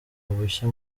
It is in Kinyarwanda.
bushya